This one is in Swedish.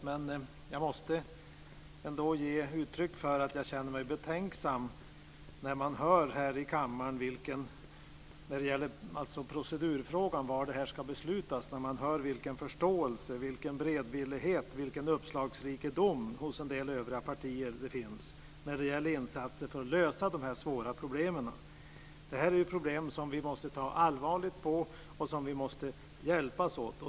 Men jag måste ge uttryck för att jag blir betänksam när jag i procedurfrågan - var det här ska beslutas - märker vilken förståelse, beredvillighet och uppslagsrikedom som finns hos en del i övriga partier när det gäller insatser för att lösa de här svåra problemen. Dessa problem måste vi ta på allvar och vi måste hjälpas åt.